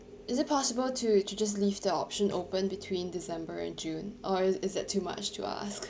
is it possible to to just leave the option open between december and june or is is that too much to ask